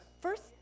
First